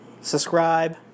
subscribe